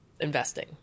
investing